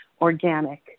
organic